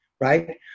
right